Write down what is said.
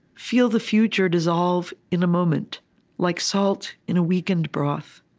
feel the future dissolve in a moment like salt in a weakened broth.